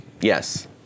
Yes